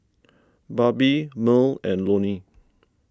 Barbie Merl and Loni